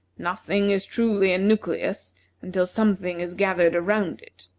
nothing is truly a nucleus until something is gathered around it.